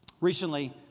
Recently